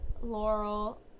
Laurel